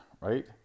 right